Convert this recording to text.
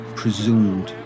presumed